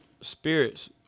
Spirits